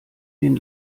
den